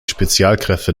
spezialkräfte